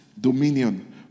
dominion